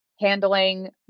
handling